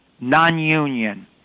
Non-union